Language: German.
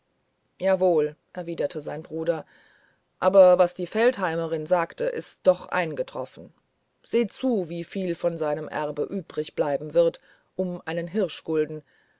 jawohl erwiderte sein bruder aber was die feldheimerin sagte ist doch eingetroffen seht zu wieviel von seinem erbe übrigbleiben wird um einen